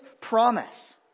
promise